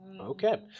Okay